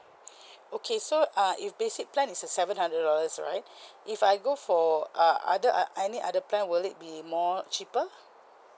okay so uh if basic plan is uh seven hundred dollars right if I go for uh other uh any other plan will it be more cheaper